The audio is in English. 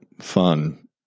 fun